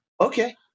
okay